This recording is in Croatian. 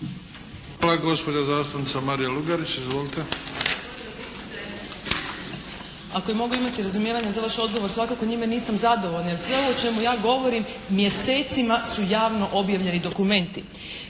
Hvala. Gospođa zastupnica Marija Lugarić. Izvolite. **Lugarić, Marija (SDP)** Ako mogu imati razumijevanja za vaš odgovor svakako njime nisam zadovoljna. Jer sve ovo o čemu ja govorim mjesecima su javno objavljeni dokumenti.